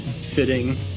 fitting